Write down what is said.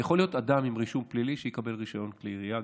יכול אדם עם רישום פלילי שיקבל רישיון לכלי ירייה,